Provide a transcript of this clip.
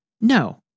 No